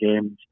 games